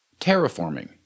Terraforming